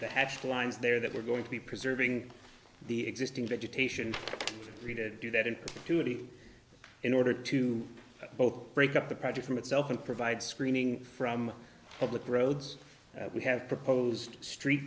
the hatch lines there that we're going to be preserving the existing vegetation to do that in perpetuity in order to both break up the project from itself and provide screening from public roads we have proposed street